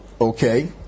okay